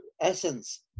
essence